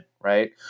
right